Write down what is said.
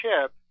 chip